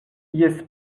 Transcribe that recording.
ies